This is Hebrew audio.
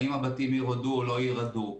האם הבתים ירעדו או לא ירעדו,